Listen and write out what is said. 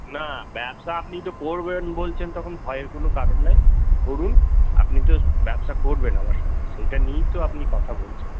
না ব্যবসা আপনি তো করবেন বলছেন তখন ভয়ের কোনো কারণ নেই করুন আপনি তো ব্যবসা করবেন আমার সাথে সেটা নিয়েই তো আপনি কথা বলছেন